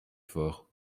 forts